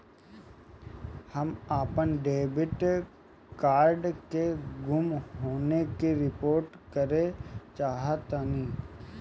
हम अपन debit card के गुम होने की रिपोर्ट करे चाहतानी